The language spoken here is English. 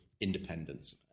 independence